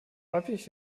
häufig